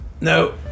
no